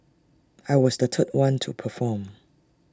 I was the third one to perform